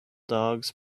dogs